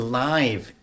live